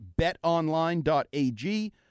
betonline.ag